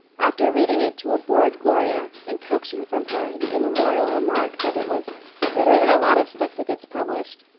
after reading it to a bored gloria and coaxing from her the immemorial remark that it was better than a lot of stuff that gets published,